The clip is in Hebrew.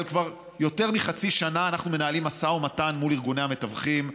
אבל כבר יותר מחצי שנה אנחנו מנהלים משא ומתן מול ארגוני המתווכים,